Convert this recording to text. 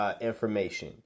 Information